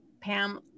Pam